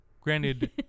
granted